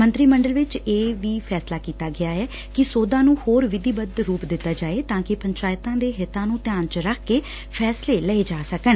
ਮੰਤਰੀ ਮੰਡਲ ਚ ਇਹ ਵੀ ਫੈਸਲਾ ਕੀਤਾ ਗਿਆ ਐ ਕਿ ਸੋਧਾ ਨੂੰ ਹੋਰ ਵਿਧੀਬੱਧ ਰੂਪ ਦਿੱਤਾ ਜਾਏ ਤਾ ਕਿ ਪੰਚਾਇਤਾ ਦੇ ਹਿੱਤਾਂ ਨੂੰ ਧਿਆਨ ਚ ਰੱਖ ਕੇ ਫੈਸਲੇ ਲਏ ਜਾ ਸਕਣ